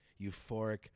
Euphoric